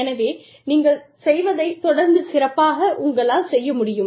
எனவே நீங்கள் செய்வதை தொடர்ந்து சிறப்பாக உங்களால் செய்ய முடியும்